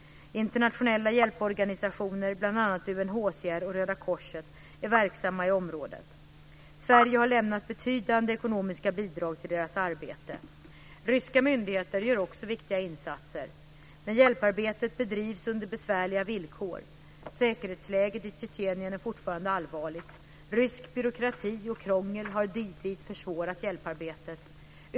Internationella hjälporganisationer, bl.a. UNHCR och Röda korset, är verksamma i området. Sverige har lämnat betydande ekonomiska bidrag till deras arbete. Ryska myndigheter gör också viktiga insatser. Hjälparbetet bedrivs under besvärliga villkor. Säkerhetsläget i Tjetjenien är fortfarande allvarligt. Rysk byråkrati och krångel har tidvis försvårat hjälparbetet.